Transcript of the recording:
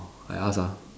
I ask ah